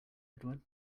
edward